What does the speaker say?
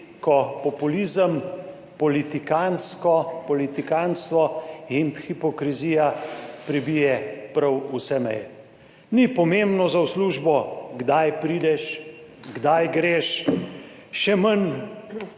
ko populizem, politikantsko, politikantstvo in hipokrizija prebije prav vse meje. Ni pomembno za v službo, kdaj prideš, kdaj greš, še manj